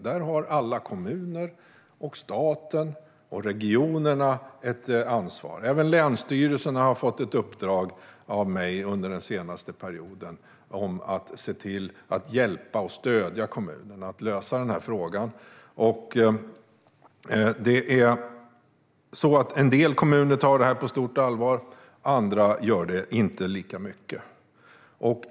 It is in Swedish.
Där har alla kommuner, staten och regionerna ett ansvar. Även länsstyrelserna har under den senaste perioden fått ett uppdrag från mig att hjälpa och stödja kommunerna att lösa denna fråga. En del kommuner tar detta på stort allvar, andra gör det inte lika mycket.